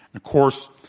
of course,